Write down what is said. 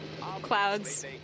clouds